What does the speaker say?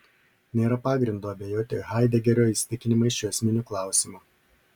nėra pagrindo abejoti haidegerio įsitikinimais šiuo esminiu klausimu